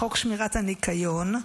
בחוק שמירת הניקיון,